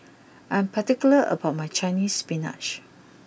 I am particular about my Chinese spinach